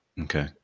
Okay